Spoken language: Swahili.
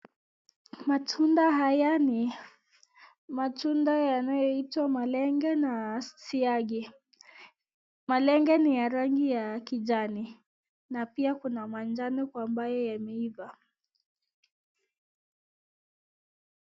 Matunda haya ni matunda yanayoitwa malenge na siage, malenge ni yangi ya kijani na pia kuna manjano kwa ambaye imeiva.